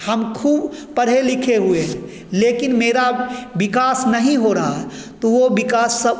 हमखु पढ़े लिखे हुए हैं लेकिन मेरा विकास नहीं हो रहा है तो वह विकास सब